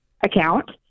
account